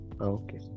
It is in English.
okay